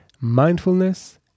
Mindfulness